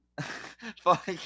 fuck